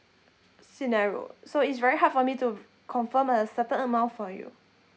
scenario so it's very hard for me to confirm a certain amount for you